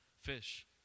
fish